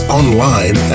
online